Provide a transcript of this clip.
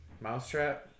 mousetrap